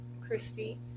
Christy